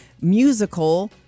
musical